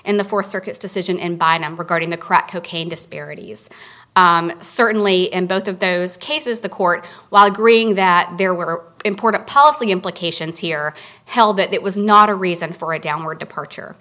in the fourth circuit's decision and by a number guarding the crack cocaine disparities certainly in both of those cases the court while agreeing that there were important policy implications here held that it was not a reason for a downward departure